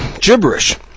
gibberish